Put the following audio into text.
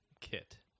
Kit